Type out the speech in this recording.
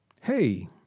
hey